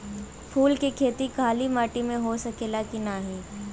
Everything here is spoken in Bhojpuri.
फूल के खेती काली माटी में हो सकेला की ना?